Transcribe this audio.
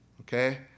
okay